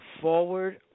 forward